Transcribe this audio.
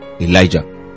Elijah